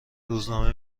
روزنامه